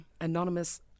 Anonymous